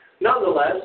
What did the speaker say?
Nonetheless